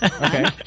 Okay